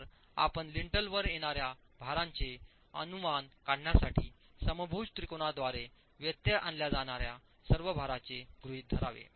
तर आपण लिंटलवर येणाऱ्या भारांचे अनुमान काढण्यासाठी समभुज त्रिकोणाद्वारे व्यत्यय आणल्या जाणार्या सर्व भाराचे गृहीत धरावे